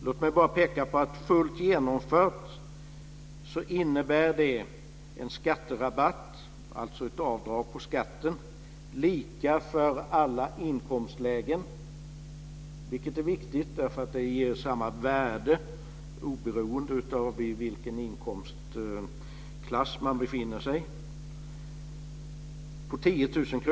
Låt mig bara peka på att fullt genomfört innebär det en skatterabatt, alltså ett avdrag på skatten lika för alla inkomstlägen - det är viktigt därför att det ger samma värde oberoende av i vilken inkomstklass man befinner sig - på 10 000 kr.